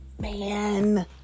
Man